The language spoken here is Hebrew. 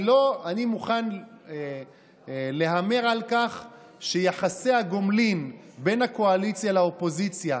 אני מוכן להמר על כך שיחסי הגומלין בין הקואליציה לאופוזיציה